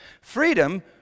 Freedom